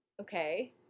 Okay